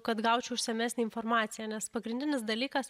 kad gaučiau išsamesnę informaciją nes pagrindinis dalykas